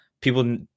people